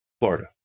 Florida